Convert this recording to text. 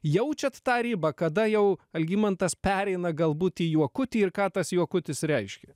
jaučiat tą ribą kada jau algimantas pereina galbūt į juokutį ir ką tas juokutis reiškia